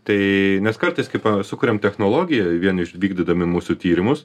tai nes kartais kai sukuriam technologiją vieni vykdydami mūsų tyrimus